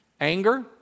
anger